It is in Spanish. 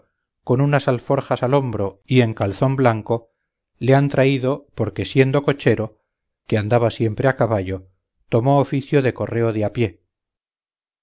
con unas alforjas al hombro y en calzón blanco le han traído porque siendo cochero que andaba siempre a caballo tomó oficio de correo de a pie